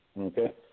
Okay